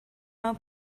mewn